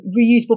reusable